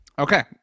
Okay